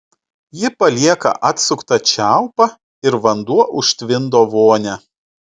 ji palieka atsuktą čiaupą ir vanduo užtvindo vonią